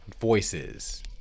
voices